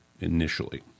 initially